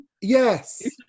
Yes